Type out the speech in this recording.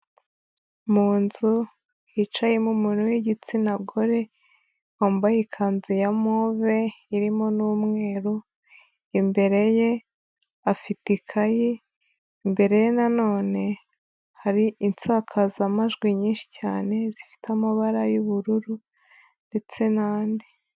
Mu nzu hicayemo umuntu w'igitsina gore, wambaye ikanzu ya move irimo n'umweru, imbere ye afite ikayi, imbere ye na none hari insakazamajwi nyinshi cyane, zifite amabara y'ubururu ndetse n'andi.